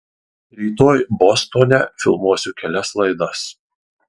rytoj bostone filmuosiu kelias laidas